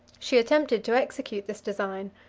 she attempted to execute this design.